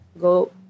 go